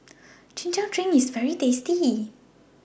Chin Chow Drink IS very tasty